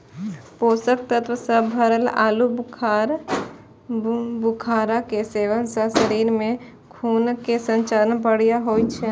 पोषक तत्व सं भरल आलू बुखारा के सेवन सं शरीर मे खूनक संचार बढ़िया होइ छै